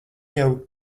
jau